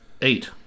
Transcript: Eight